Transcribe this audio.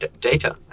data